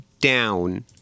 down